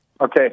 Okay